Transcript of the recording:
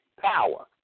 power